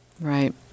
Right